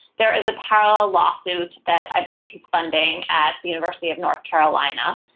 there is a parallel lawsuit that i believe he's funding at the university of north carolina.